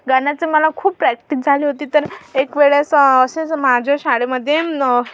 गाण्याचं मला खूप प्रॅक्टिस झाली होती तर एकवेळेस असेच माझ्या शाळेमध्ये